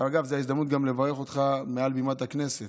שאגב, זו ההזדמנות גם לברך אותך מעל בימת הכנסת,